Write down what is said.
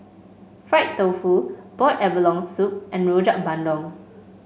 Fried Tofu Boiled Abalone Soup and Rojak Bandung